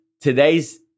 today's